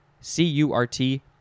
C-U-R-T